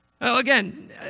Again